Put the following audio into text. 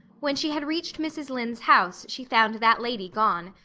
when she had reached mrs. lynde's house she found that lady gone.